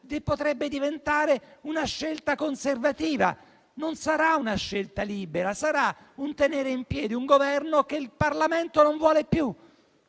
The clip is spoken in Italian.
potrebbe diventare una scelta conservativa. Non sarà una scelta libera, ma un tenere in piedi un Governo che il Parlamento non vuole più,